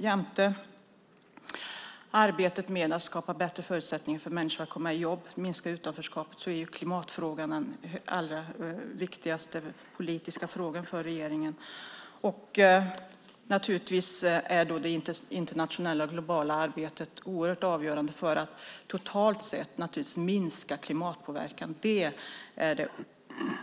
Jämte arbetet med att skapa bättre förutsättningar för människor att komma i jobb och minska utanförskapet är klimatfrågan den allra viktigaste politiska frågan för regeringen. Det internationella och globala arbetet är oerhört avgörande för att totalt sett minska klimatpåverkan. Det är den